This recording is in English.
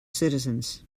citizens